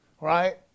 right